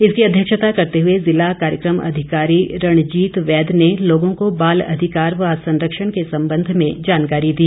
इसकी अध्यक्षता करते हुए जिला कार्यक्रम अधिकारी रणजीत वैद ने लोगों को बाल अधिकार व संरक्षण के संबंध में जानकारी दी